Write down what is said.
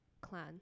clan